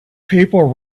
people